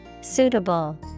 Suitable